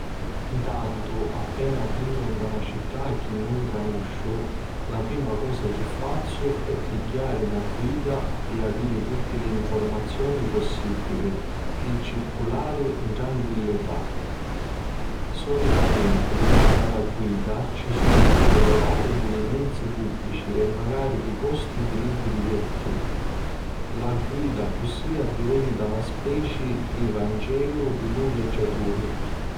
Ntantu appena arrivu nta na città chi nun canusciu la prima cosa chi fazzu è pigghiari na guida pi aviri tutti li nfurmazioni possibili pi circulari 'n tranquillità. Solitamenti nta la guida ci sunnu puru l'orari di li mezzi pubblici e macari li costi di li biglietti. La guida accussì addiventa na speci di vancelu pi lu viaggiaturi.